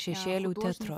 šešėlių teatru